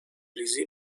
ریزی